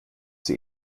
sie